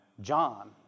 John